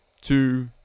two